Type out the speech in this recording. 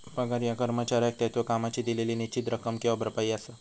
पगार ह्या कर्मचाऱ्याक त्याच्यो कामाची दिलेली निश्चित रक्कम किंवा भरपाई असा